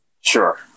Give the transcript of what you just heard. Sure